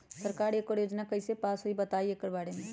सरकार एकड़ योजना कईसे पास होई बताई एकर बारे मे?